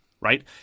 right